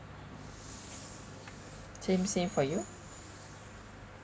same same for you